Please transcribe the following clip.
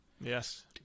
Yes